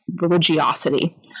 religiosity